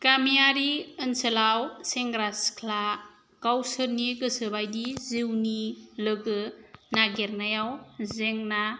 गामियारि ओनसोलाव सेंग्रा सिख्ला गावसोरनि गोसोबायदि जिउनि लोगो नागिरनायाव जेंना